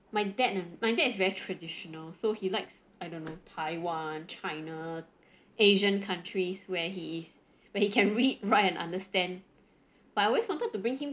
my dad and my dad is very traditional so he likes I don't know taiwan china asian countries where he is where he can read write and understand but I always wanted to bring him